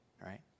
right